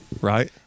Right